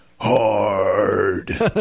hard